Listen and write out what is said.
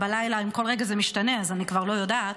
אם כל רגע זה משתנה אז אני כבר לא יודעת,